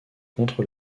contre